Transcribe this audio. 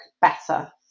better